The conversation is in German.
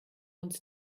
uns